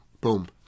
Boom